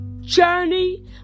journey